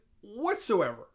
whatsoever